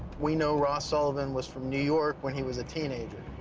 we know ross sullivan was from new york when he was a teenager.